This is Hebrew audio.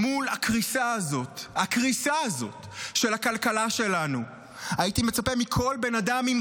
מול הקריסה הזאת של הכלכלה שלנו הייתי מצפה מכל בן אדם עם